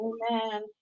Amen